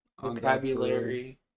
vocabulary